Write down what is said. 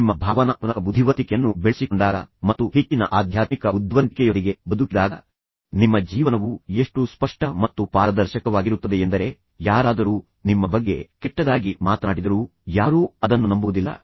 ನೀವು ನಿಮ್ಮ ಭಾವನಾತ್ಮಕ ಬುದ್ಧಿವಂತಿಕೆಯನ್ನು ಬೆಳೆಸಿಕೊಂಡಾಗ ಮತ್ತು ಹೆಚ್ಚಿನ ಆಧ್ಯಾತ್ಮಿಕ ಬುದ್ಧಿವಂತಿಕೆಯೊಂದಿಗೆ ಬದುಕಿದಾಗ ನಿಮ್ಮ ಜೀವನವು ಎಷ್ಟು ಸ್ಪಷ್ಟ ಮತ್ತು ಪಾರದರ್ಶಕವಾಗಿರುತ್ತದೆಯೆಂದರೆ ಯಾರಾದರೂ ನಿಮ್ಮ ಬಗ್ಗೆ ಕೆಟ್ಟದಾಗಿ ಮಾತನಾಡಿದರೂ ಯಾರೂ ಅದನ್ನು ನಂಬುವುದಿಲ್ಲ